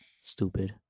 Stupid